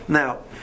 now